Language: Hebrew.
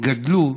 גדלו